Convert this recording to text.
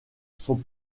sont